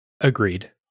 agreed